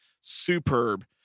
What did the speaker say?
superb